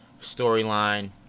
storyline